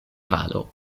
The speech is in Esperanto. valo